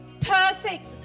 perfect